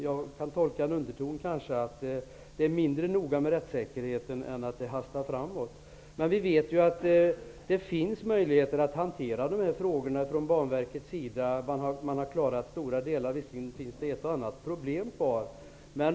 Kanske kan jag tolka in en underton av att det är mindre noga med rättssäkerheten än att det hastar framåt. Vi vet ju att Banverket har möjligheter att hantera de här frågorna. Det har redan klarat stora delar. Visserligen finns ett och annat problem kvar.